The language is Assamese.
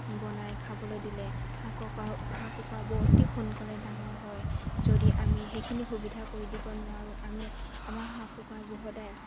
বনাই খাবলৈ দিলে হাঁহ কুকুৰা হাঁহ কুকুৰাবোৰ অতি সোনকালে ডাঙৰ হয় যদি আমি সেইখিনি সুবিধা কৰি দিব নোৱাৰোঁ আমি আমাৰ হাঁহ কুকৰাবোৰ সদায়